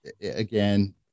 again